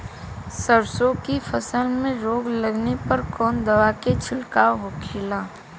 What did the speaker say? सरसों की फसल में रोग लगने पर कौन दवा के छिड़काव होखेला?